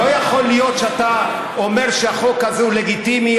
לא יכול להיות שאתה אומר שהחוק הזה הוא לגיטימי,